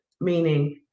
meaning